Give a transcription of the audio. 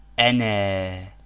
and the